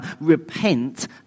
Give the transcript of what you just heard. Repent